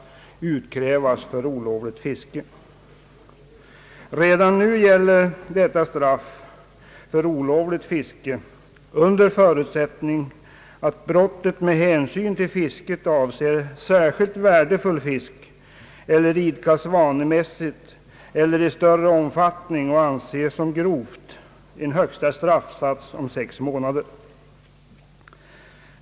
Redan nu gäller detta straff för olovligt fiske — dvs. en högsta straffsats om sex månader — under förutsättning att brottet består i att vederbörande fångat särskilt värdefull fisk, utövat fisket i större omfattning eller bedrivit det vanemässigt.